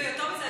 ויותר מזה,